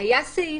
היה סעיף,